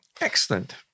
Excellent